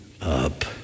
up